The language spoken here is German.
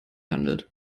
handelt